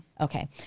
Okay